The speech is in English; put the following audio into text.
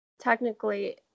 technically